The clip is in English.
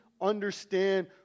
understand